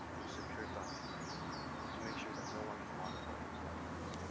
to secure documents to make sure that no one can modify those documents.